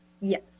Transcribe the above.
Yes